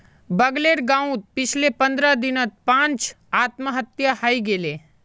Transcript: बगलेर गांउत पिछले पंद्रह दिनत पांच आत्महत्या हइ गेले